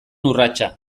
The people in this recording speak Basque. urratsa